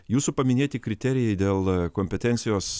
jūsų paminėti kriterijai dėl kompetencijos